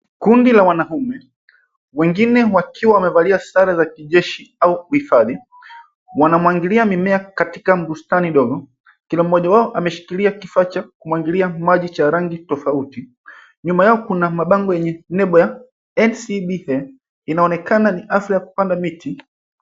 Kundi la wanaume, wengine wakiwa wamevalia sare za kijeshi au uhifadhi wanamwagilia mimea katika bustani ndogo. Kila mmoja wao ameshikilia kifaa cha kumwagilia maji cha rangi tofauti. Nyuma yao kuna mabango yenye nembo ya LC bife. Inaonekana ni hafla ya kupanda miti.